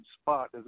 spot